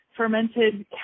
fermented